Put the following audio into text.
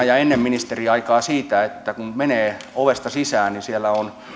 ja ajalta ennen ministeriaikaa siitä että kun menee ovesta sisään niin siellä on